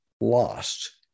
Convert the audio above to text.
lost